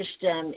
system